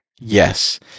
Yes